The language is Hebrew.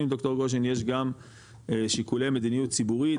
ד"ר גושן יש גם שיקולי מדיניות ציבורית,